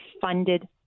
funded